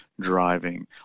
Driving